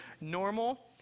normal